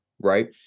right